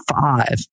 five